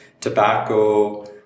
tobacco